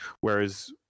whereas